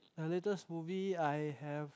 the latest movie I have